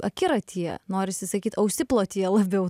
akiratyje norisi sakyt ausiplotyje labiau